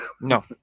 no